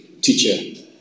Teacher